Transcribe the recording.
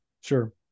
Sure